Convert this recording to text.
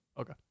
Okay